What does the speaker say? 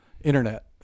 internet